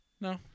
No